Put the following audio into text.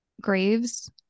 graves